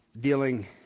dealing